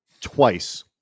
twice